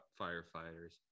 firefighters